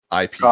IP